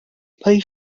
pay